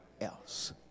else